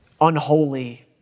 unholy